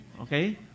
Okay